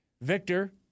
Victor